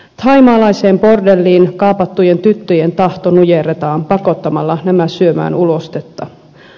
thaimaalaiseen bordelliin kaapattujen tyttöjen tahto nujerretaan pakottamalla nämä syömään ulostetta